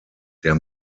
der